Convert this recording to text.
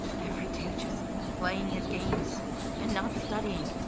every day just playing his games and not studying.